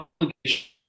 obligation